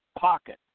pocket